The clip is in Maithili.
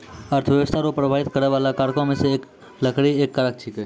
अर्थव्यस्था रो प्रभाबित करै बाला कारको मे से लकड़ी एक कारक छिकै